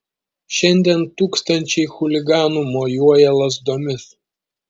šiandien tūkstančiai chuliganų mojuoja lazdomis